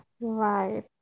Right